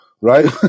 right